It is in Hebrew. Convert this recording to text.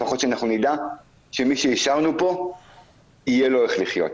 לפחות שנדע שמי שהשארנו פה יהיה לו איך לחיות.